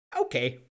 okay